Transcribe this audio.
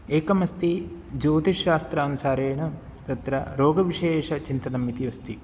एकम् अस्ति ज्योतिषशास्त्रानुसारेण तत्र रोगविषयेषु चिन्तनम् इति अस्ति